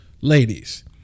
ladies